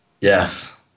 Yes